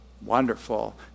Wonderful